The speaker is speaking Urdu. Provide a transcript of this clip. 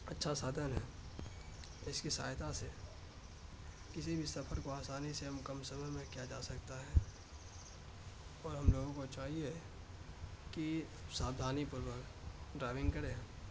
اچھا سادھن ہے اس کی سہایتا سے کسی بھی سفر کو آسانی سے ہم کم سمے میں کیا جا سکتا ہے اور ہم لوگوں کو چاہیے کہ ساودھانی پوروک ڈرائیونگ کرے